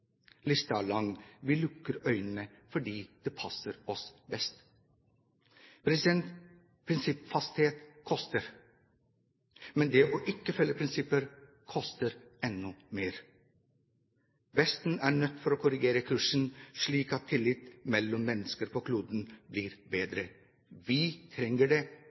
lang. Vi lukker øynene fordi det passer oss best. Prinsippfasthet koster. Men det å ikke følge prinsipper koster enda mer. Vesten er nødt til å korrigere kursen, slik at tilliten mellom mennesker på kloden blir bedre. Vi trenger det